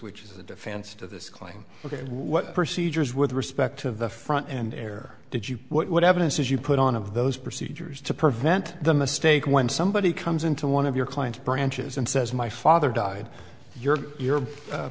which is a defense to this claim look at what procedures with respect to the front end air did you what evidence is you put on of those procedures to prevent the mistake when somebody comes into one of your client's branches and says my father died your you